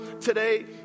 today